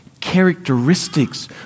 characteristics